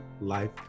life